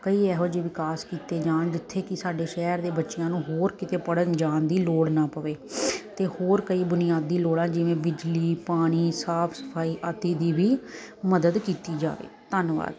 ਕਈ ਇਹੋ ਜਿਹੇ ਵਿਕਾਸ ਕੀਤੇ ਜਾਣ ਜਿੱਥੇ ਕਿ ਸਾਡੇ ਸ਼ਹਿਰ ਦੇ ਬੱਚਿਆਂ ਨੂੰ ਹੋਰ ਕਿਤੇ ਪੜ੍ਹਨ ਜਾਣ ਦੀ ਲੋੜ ਨਾ ਪਵੇ ਅਤੇ ਹੋਰ ਕਈ ਬੁਨਿਆਦੀ ਲੋੜਾਂ ਜਿਵੇਂ ਬਿਜਲੀ ਪਾਣੀ ਸਾਫ਼ ਸਫਾਈ ਆਦਿ ਦੀ ਵੀ ਮਦਦ ਕੀਤੀ ਜਾਵੇ ਧੰਨਵਾਦ